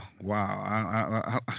wow